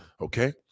Okay